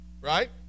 right